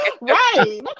Right